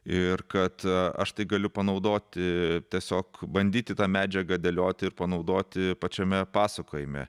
ir kad aš tai galiu panaudoti tiesiog bandyti tą medžiagą dėlioti ir panaudoti pačiame pasakojime